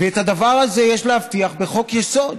ואת הדבר הזה יש להבטיח בחוק-יסוד.